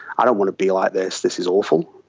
i don't want to be like this, this is awful.